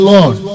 Lord